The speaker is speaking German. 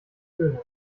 tönen